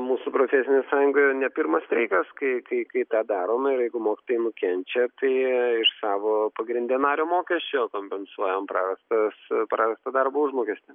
mūsų profesinė sąjungoje ne pirmas streikas kai kai kai tą darom ir jeigu mokytojai nukenčia tai iš savo pagrinde nario mokesčio kompensuojam prarastas prarastą darbo užmokestį